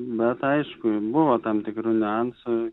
bet aišku buvo tam tikrų niuansų